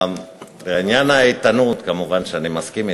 בעניין האיתנות מובן שאני מסכים אתך,